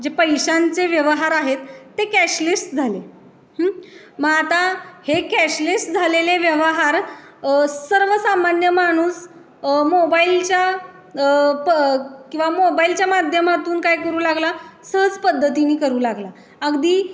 जे पैशांचे व्यवहार आहेत ते कॅशलेस झाले मग आता हे कॅशलेस झालेले व्यवहार सर्वसामान्य माणूस मोबाईलच्या प किंवा मोबाईलच्या माध्यमातून काय करू लागला सहज पद्धतीने करू लागला अगदी